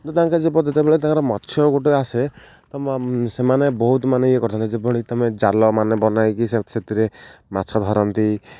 ତ ତାଙ୍କ ଯେ ପଦ୍ଧତି ବେଳେ ତାଙ୍କର ମତ୍ସ୍ୟ ଗୋଟେ ଆସେ ତ ସେମାନେ ବହୁତ ମାନେ ଇଏ କରିଥାନ୍ତି ଯେପରି ତମେ ଜାଲମାନେ ବନାଇକି ସେଥିରେ ମାଛ ଧରନ୍ତି